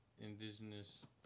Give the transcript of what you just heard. indigenous